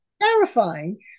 Terrifying